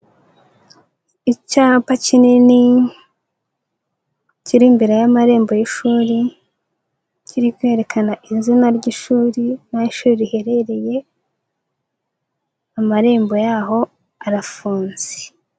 Icyapa kinini kiri imbere y'amarembo y'ishuri, kiri kwerekana izina ry'ishuri n'aho ishuri riherereye, amarembo yaho arafunze.